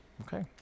Okay